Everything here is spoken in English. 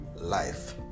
life